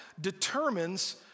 determines